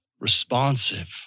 responsive